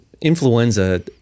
influenza